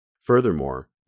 Furthermore